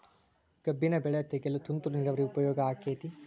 ಕಬ್ಬಿನ ಬೆಳೆ ತೆಗೆಯಲು ತುಂತುರು ನೇರಾವರಿ ಉಪಯೋಗ ಆಕ್ಕೆತ್ತಿ?